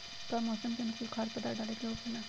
का मौसम के अनुकूल खाद्य पदार्थ डाले के होखेला?